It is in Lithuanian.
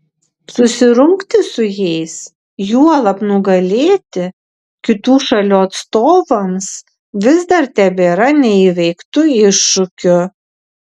susirungti su jais juolab nugalėti kitų šalių atstovams vis dar tebėra neįveiktu iššūkiu